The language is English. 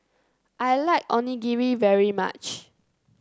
I like Onigiri very much